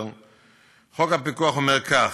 חוק הפיקוח אומר כך: